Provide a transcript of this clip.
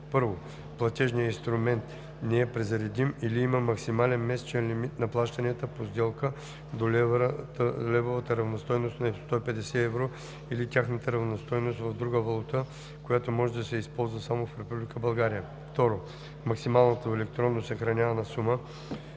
1. платежният инструмент не е презаредим или има максимален месечен лимит на плащанията по сделки до левовата равностойност на 150 евро или тяхната равностойност в друга валута, който може да се използва само в Република България; 2. максималната електронно съхранявана сума